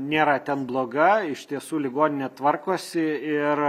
nėra ten bloga iš tiesų ligoninė tvarkosi ir